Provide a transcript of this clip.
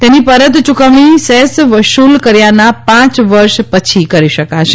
તેની પરત ચુકવણી સેસ વસૂલ કર્યાના પાંચ વર્ષ પછી કરી શકાશે